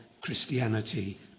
Christianity